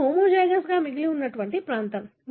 ఇది హోమోజైగస్గా మిగిలి ఉన్న ప్రాంతం